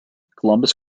columbus